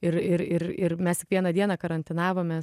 ir ir ir ir mes tik vieną dieną karantinavomės